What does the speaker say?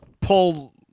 pull